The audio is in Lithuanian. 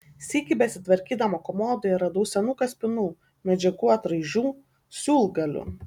sykį besitvarkydama komodoje radau senų kaspinų medžiagų atraižų siūlgalių